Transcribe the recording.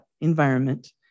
environment